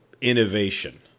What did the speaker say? innovation